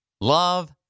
love